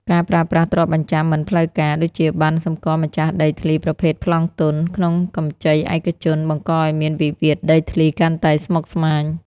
ការប្រើប្រាស់ទ្រព្យបញ្ចាំមិនផ្លូវការ (ដូចជាប័ណ្ណសម្គាល់ម្ចាស់ដីធ្លីប្រភេទប្លង់ទន់) ក្នុងកម្ចីឯកជន បង្កឱ្យមានវិវាទដីធ្លីកាន់តែស្មុគស្មាញ។